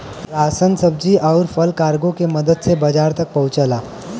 ration सब्जी आउर फल कार्गो के मदद से बाजार तक पहुंचला